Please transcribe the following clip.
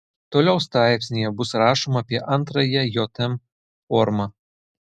toliau straipsnyje bus rašoma apie antrąją jm formą